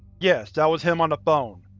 yes, that was him on the phone.